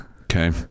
Okay